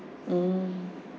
mm